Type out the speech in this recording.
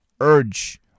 urge